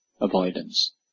avoidance